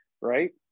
right